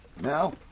Now